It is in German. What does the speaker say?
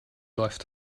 läuft